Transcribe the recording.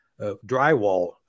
drywall